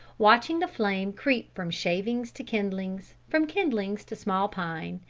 watching the flame creep from shavings to kindlings, from kindlings to small pine,